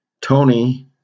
Tony